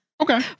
Okay